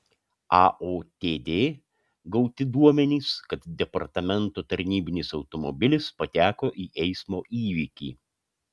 aotd gauti duomenys kad departamento tarnybinis automobilis pateko į eismo įvykį